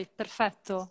perfetto